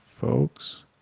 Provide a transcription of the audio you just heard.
folks